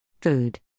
Food